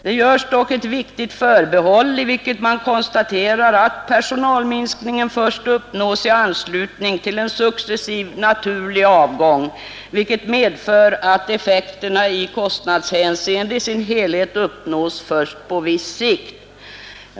Det görs dock ett viktigt förbehåll, i vilket man konstaterar att personalminskningen uppnås först i anslutning till en successiv naturlig avgång, vilket medför att effekterna i kostnadshänseende i sin helhet uppnås först på viss sikt.